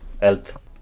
health